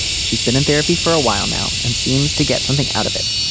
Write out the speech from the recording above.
she's been in therapy for a while now and seems to get something out of it.